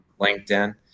LinkedIn